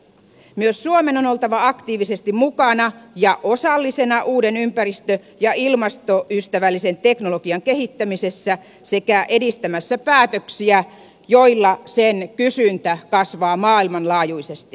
myös suomen on oltava aktiivisesti mukana ja osallisena uuden ympäristö ja ilmastoystävällisen teknologian kehittämisessä sekä edistämässä päätöksiä joilla sen kysyntä kasvaa maailmanlaajuisesti